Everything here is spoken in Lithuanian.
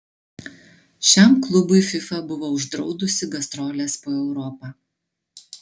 šiam klubui fifa buvo uždraudusi gastroles po europą